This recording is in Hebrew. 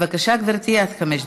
בבקשה, גברתי, עד חמש דקות.